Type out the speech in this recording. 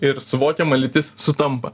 ir suvokiama lytis sutampa